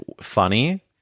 funny